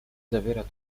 zawiera